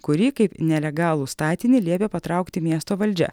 kurį kaip nelegalų statinį liepė patraukti miesto valdžia